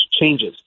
changes